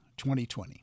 2020